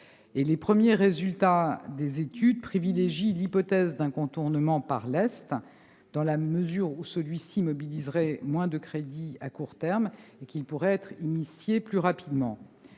Les premiers résultats des études privilégient l'hypothèse d'un contournement par l'est, qui mobiliserait moins de crédits à court terme et qui pourrait être lancé plus rapidement.